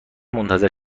منتظر